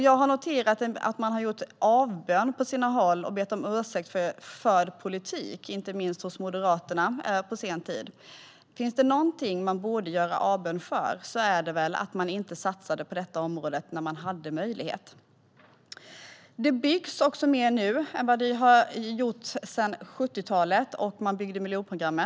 Jag har noterat att man på sina håll har gjort avbön och bett om ursäkt för den förda politiken, inte minst hos Moderaterna. Finns det någonting som man borde göra avbön för är det att man inte satsade på detta område när man hade möjlighet. Det byggs också mer nu än vad det har byggts sedan 70-talet, då man byggde miljonprogrammet.